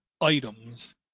items